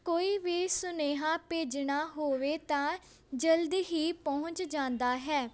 ਕੋਈ ਵੀ ਸੁਨੇਹਾ ਭੇਜਣਾ ਹੋਵੇ ਤਾਂ ਜਲਦੀ ਹੀ ਪਹੁੰਚ ਜਾਂਦਾ ਹੈ